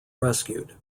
rescued